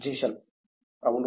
జీషన్ అవును